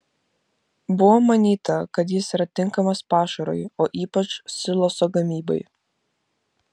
buvo manyta kad jis yra tinkamas pašarui o ypač siloso gamybai